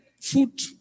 food